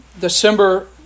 December